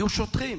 יהיו שוטרים,